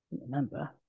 remember